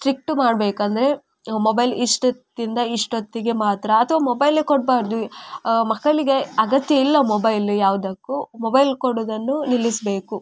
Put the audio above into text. strict ಮಾಡಬೇಕು ಅಂದರೆ mobile ಇಷ್ಟು ಹೊತ್ತಿಂದ ಇಷ್ಟು ಹೊತ್ತಿಗೆ ಮಾತ್ರ ಅಥವಾ ಮೊಬೈಲೇ ಕೊಡಬಾರ್ದು ಮಕ್ಕಳಿಗೆ ಅಗತ್ಯ ಇಲ್ಲ ಮೊಬೈಲ್ ಯಾವುದಕ್ಕೂ ಮೊಬೈಲ್ ಕೊಡುವುದನ್ನು ನಿಲ್ಲಿಸಬೇಕು